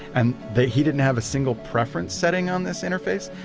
and that he didn't have a single preference setting on this interface.